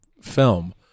film